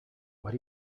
what